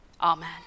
Amen